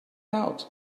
out